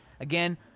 again